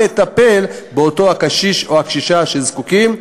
מטפל בקשיש או הקשישה הזקוקים.